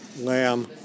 lamb